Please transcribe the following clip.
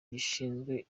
gishinzwe